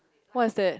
what is that